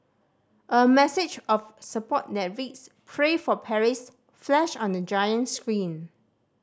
a message of support that reads Pray for Paris flashed on the giant screen